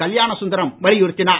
கல்யாணசுந்தரம் வலியுறுத்தினார்